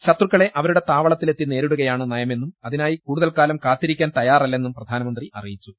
ശത്രു ക്കളെ അവരുടെ താവളത്തിലെത്തി നേരിടുകയാണ് നയ മെന്നും അതിനായി കൂടുതൽകാലം കാത്തിരിക്കാൻ തയ്യാറ ല്ലെന്നും പ്രധാനമന്ത്രി അറിയിച്ചു